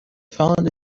found